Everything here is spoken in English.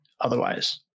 Otherwise